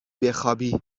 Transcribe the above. بخوابی